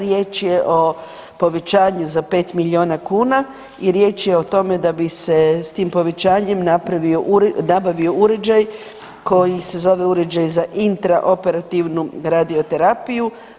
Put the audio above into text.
Riječ je o povećanju za pet milijuna kuna i riječ je o tome da bi se s tim povećanjem nabavio uređaj koji se zove uređaj za intra operativnu radio terapiju.